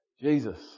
Jesus